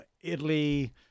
Italy